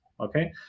Okay